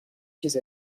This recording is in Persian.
چیز